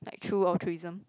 like true altruism